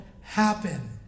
happen